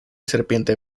serpiente